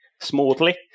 smoothly